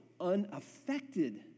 unaffected